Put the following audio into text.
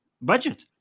budget